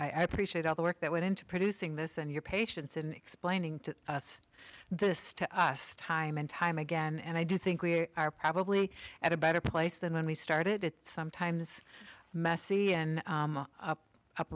i appreciate all the work that went into producing this and your patience in explaining to us this to us time and time again and i do think we are probably at a better place than when we started it sometimes messy and u